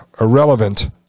irrelevant